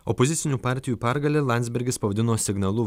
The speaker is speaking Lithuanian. opozicinių partijų pergale landsbergis pavadino signalu